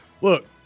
look